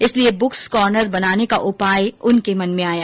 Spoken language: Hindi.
इसलिए ब्र्क्स कॉर्नर बनाने का उपाय उनके मन में आया